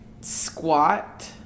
squat